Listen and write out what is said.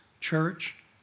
church